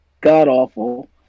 god-awful